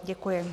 Děkuji.